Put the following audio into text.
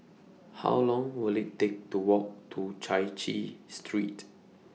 How Long Will IT Take to Walk to Chai Chee Street